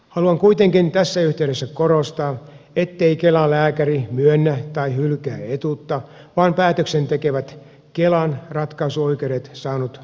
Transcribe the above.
haluan kuitenkin tässä yhteydessä korostaa ettei kelan lääkäri myönnä tai hylkää etuutta vaan päätöksen tekevät kelan ratkaisuoikeudet saanut muu toimihenkilöstö